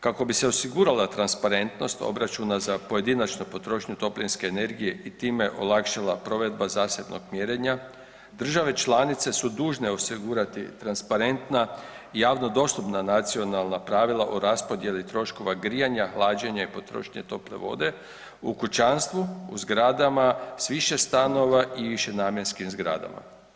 Kako bi se osigurala transparentnost obračuna za pojedinačnu potrošnju toplinske energije i time olakšala provedba zasebnog mjerenja države članice su dužne osigurati transparentna javno dostupna nacionalna pravila o raspodjeli troškova grijanja, hlađenja i potrošnje tople vode u kućanstvu, u zgradama sa više stanova i višenamjenskim zgradama.